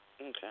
Okay